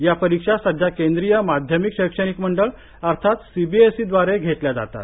या परीक्षा सध्या केंद्रीय माध्यमिक शैक्षणिक मंडळ अर्थात सीबीएससी दवारे घेतल्या जातात